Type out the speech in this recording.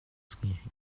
skiing